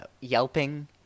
yelping